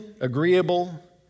agreeable